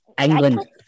England